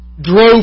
drove